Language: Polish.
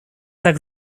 tak